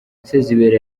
sezibera